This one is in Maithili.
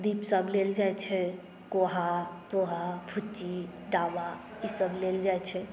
दीपसभ लेल जाइत छै कोहा तोहा फुच्ची तावा ईसभ लेल जाइत छै